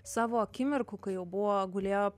savo akimirkų kai jau buvo gulėjo